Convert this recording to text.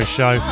Show